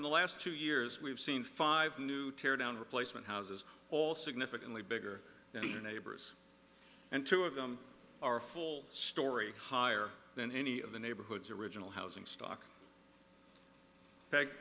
in the last two years we've seen five new teardown replacement houses all significantly bigger than your neighbors and two of them are full story higher than any of the neighborhoods original housing stock